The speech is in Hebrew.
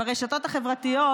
ברשתות החברתיות,